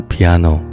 Piano 。